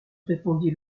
répondit